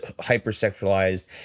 hyper-sexualized